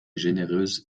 généreuse